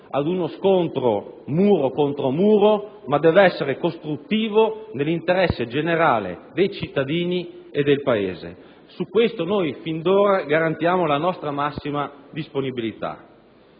ad uno scontro muro contro muro, ma che deve essere costruttivo nell'interesse generale dei cittadini e del Paese. Su questo noi fin d'ora garantiamo la nostra massima disponibilità.